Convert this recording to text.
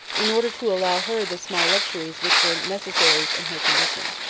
in order to allow her the small luxuries which were necessaries in her condition.